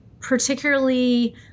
particularly